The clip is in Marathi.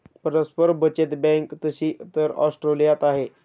परस्पर बचत बँक तशी तर ऑस्ट्रेलियात आहे